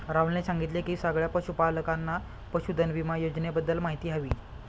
राहुलने सांगितले की सगळ्या पशूपालकांना पशुधन विमा योजनेबद्दल माहिती हवी